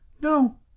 no